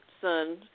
son